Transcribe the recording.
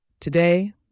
Today